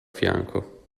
fianco